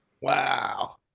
Wow